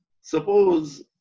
Suppose